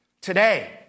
Today